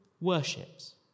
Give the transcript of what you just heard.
worships